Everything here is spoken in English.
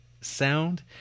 sound